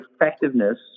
effectiveness